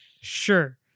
sure